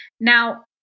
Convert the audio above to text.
Now